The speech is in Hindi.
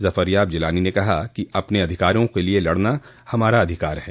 जफरयाब ज़िलानी ने कहा कि अपन अधिकारों के लिये लड़ना हमारा अधिकार है